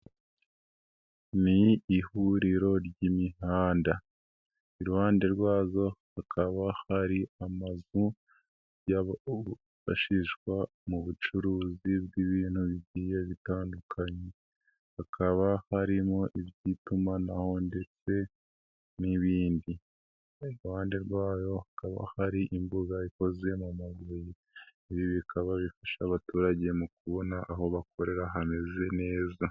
Ni ihuriro ry'imihanda; iruhande rwayo hakaba hari amazu yifashishwa mu bucuruzi bw'ibintu bigiye bitandukanye, hakaba harimo iby'itumanaho ndetse n'ibindi. Iruhande rwayo hakaba hari imbuga ikozwe mu mabuye. Ibi bikaba bifasha abaturage mu kubona aho bakorera hameze neza.